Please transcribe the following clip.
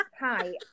Hi